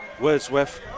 Wordsworth